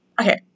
okay